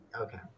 okay